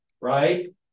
right